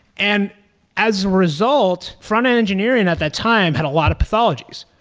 and as a result, frontend engineering at that time had a lot of pathologies.